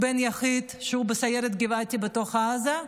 בן יחיד שהוא בסיירת גבעתי בתוך עזה.